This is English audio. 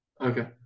Okay